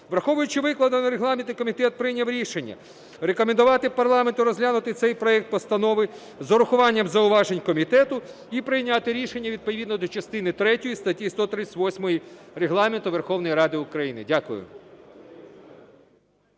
Враховуючи викладене регламентний комітет прийняв рішення рекомендувати парламенту розглянути цей проект постанови з урахуванням зауважень комітету і прийняти рішення відповідно до частини третьої статті 138 Регламенту Верховної Ради України. Дякую.